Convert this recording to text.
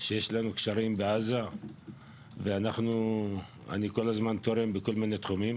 שיש לנו קשרים בעזה ואני כול הזמן תורם בכול מיני תחומים,